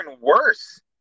worse